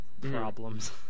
problems